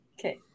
Okay